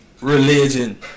religion